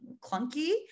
clunky